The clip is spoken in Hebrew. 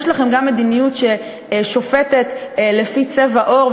יש לכם גם מדיניות ששופטת לפי צבע עור,